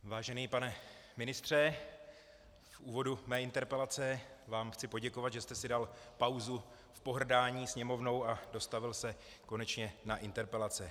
Vážený pane ministře, v úvodu své interpelace vám chci poděkovat, že jste si dal pauzu v pohrdání Sněmovnou a dostavil se konečně na interpelace.